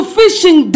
fishing